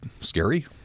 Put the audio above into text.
scary